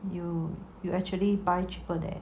you you actually buy cheaper there